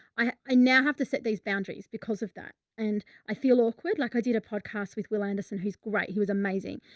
i now have to set these boundaries because of that. and i feel awkward. like i did a podcast with will anderson who's great. he was amazing.